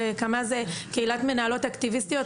קמה זה קהילת מנהלות אקטיביסטיות,